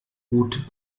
gut